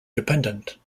dependent